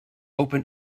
open